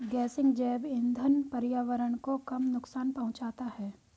गेसिंग जैव इंधन पर्यावरण को कम नुकसान पहुंचाता है